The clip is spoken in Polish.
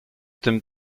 tym